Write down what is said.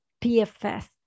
PFS